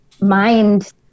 mind